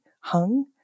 hung